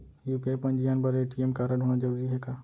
UPI पंजीयन बर ATM कारडहोना जरूरी हे का?